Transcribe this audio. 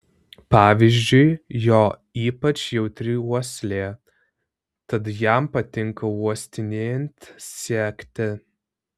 pavyzdžiui jo ypač jautri uoslė tad jam patinka uostinėjant sekti